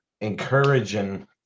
encouraging